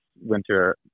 winter